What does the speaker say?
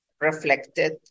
reflected